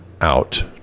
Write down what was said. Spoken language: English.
out